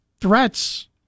threats